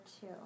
two